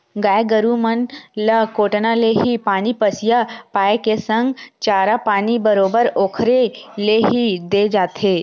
गाय गरु मन ल कोटना ले ही पानी पसिया पायए के संग चारा पानी बरोबर ओखरे ले ही देय जाथे